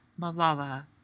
Malala